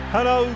Hello